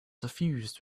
suffused